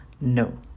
no